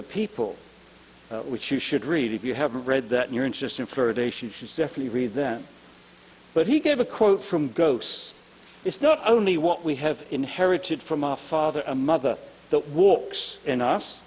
the people which you should read if you haven't read that you're interesting for a day she says definitely read them but he gave a quote from ghosts it's not only what we have inherited from our father a mother that walks in us